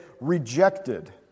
rejected